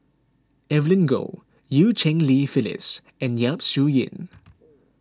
Evelyn Goh Eu Cheng Li Phyllis and Yap Su Yin